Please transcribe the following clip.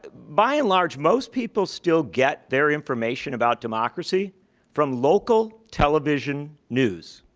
by and large, most people still get their information about democracy from local television news.